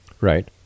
Right